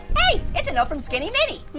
hey, it's a note from skinny mini.